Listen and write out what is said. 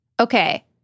Okay